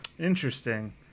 Interesting